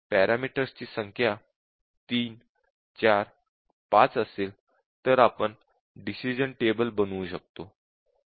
जर पॅरामीटर्सची संख्या 3 4 5 असेल तर आपण डिसिश़न टेबल बनवू शकतो